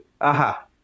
Aha